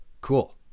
cool